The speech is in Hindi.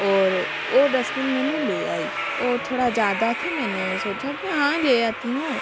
और ओ डस्बिन मैंने ले आई ओ थोड़ा ज़्यादा थी मैंने सोचा की हाँ ले आती हूँ